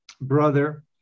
brother